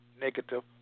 negative